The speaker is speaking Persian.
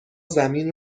زمین